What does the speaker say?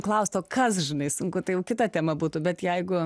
klaustų kas žinai sunku tai jau kita tema būtų bet jeigu